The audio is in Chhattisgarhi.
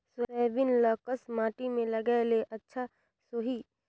सोयाबीन ल कस माटी मे लगाय ले अच्छा सोही?